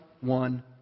one